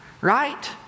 right